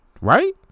Right